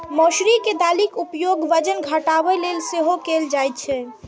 मौसरी के दालिक उपयोग वजन घटाबै लेल सेहो कैल जाइ छै